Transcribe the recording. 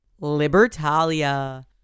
libertalia